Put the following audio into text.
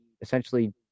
essentially